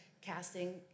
casting